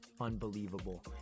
unbelievable